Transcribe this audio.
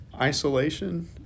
isolation